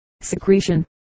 secretion